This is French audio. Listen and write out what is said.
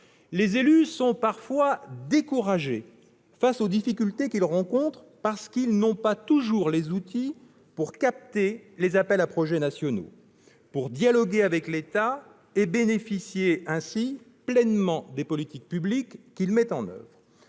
Les élus sont parfois découragés face aux difficultés qu'ils rencontrent parce qu'ils n'ont pas toujours les outils pour capter les appels à projets nationaux, pour dialoguer avec l'État et pour bénéficier pleinement des politiques publiques que celui-ci met en oeuvre.